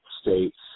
states